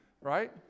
right